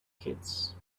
kids